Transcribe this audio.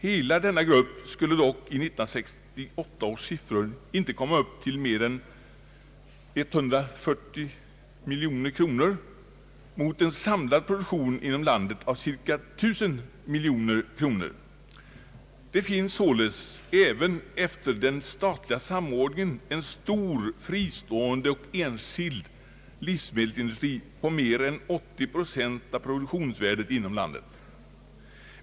Hela denna grupp skulle dock enligt 1968 års siffror inte komma upp till mer än cirka 140 miljoner kronor mot en samlad produktion inom landet av cirka 1000 miljoner kronor. Det finns således även efter den statliga samordningen en stor fristående och enskild läkemedelsindustri omfattande mer än 80 procent av produktionsvärdet inom landet.